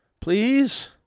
Please